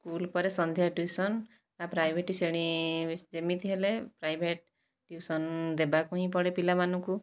school ପରେ ସନ୍ଧ୍ୟା tuition ବା ପ୍ରାଇଭେଟ୍ ଶ୍ରେଣୀ ଯେମିତି ହେଲେ ପ୍ରାଇଭେଟ୍ ଟ୍ୟୁସନ୍ ଦେବାକୁ ହିଁ ପଡ଼େ ପିଲାମାନଙ୍କୁ